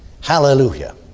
Hallelujah